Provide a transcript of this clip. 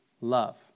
love